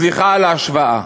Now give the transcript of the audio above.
סליחה על ההשוואה.